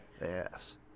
Yes